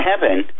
heaven